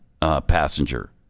passenger